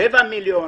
שבעה מיליון,